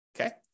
okay